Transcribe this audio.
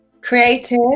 creative